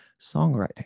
songwriting